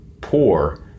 poor